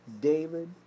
David